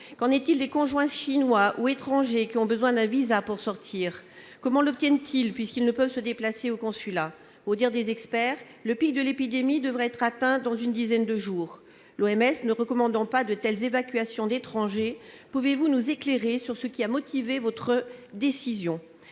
Qu'en est-il des conjoints chinois ou étrangers qui ont besoin d'un visa pour sortir ? Comment l'obtiennent-ils puisqu'ils ne peuvent se déplacer au consulat ? Aux dires des experts, le pic de l'épidémie devrait être atteint dans une dizaine de jours. L'OMS ne recommandant pas de telles évacuations d'étrangers, pouvez-vous nous éclairer sur ce qui a motivé votre décision ?